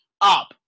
up